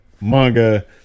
manga